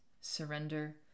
surrender